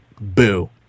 boo